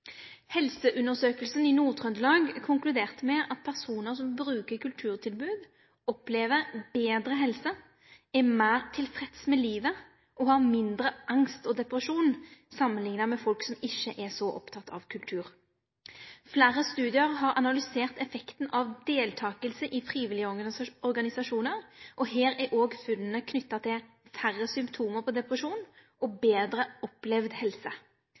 i Nord-Trøndelag konkluderte med at personar som bruker kulturtilbod, opplever betre helse, er meir tilfredse med livet, og har mindre angst og depresjon samanlikna med folk som ikkje er så opptekne av kultur. Fleire studiar har analysert effekten av deltaking i frivillige organisasjoner. Her er òg funna knytte til færre symptom på depresjon og betre opplevd helse.